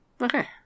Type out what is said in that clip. Okay